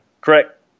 correct